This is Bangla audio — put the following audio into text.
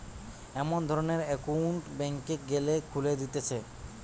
এমন ধরণের একউন্ট ব্যাংকে গ্যালে খুলে দিতেছে